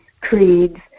creeds